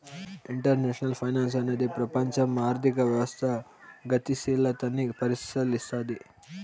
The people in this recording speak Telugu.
ఇంటర్నేషనల్ ఫైనాన్సు అనేది ప్రపంచం ఆర్థిక వ్యవస్థ గతిశీలతని పరిశీలస్తది